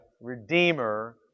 Redeemer